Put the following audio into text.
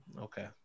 Okay